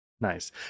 Nice